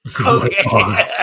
okay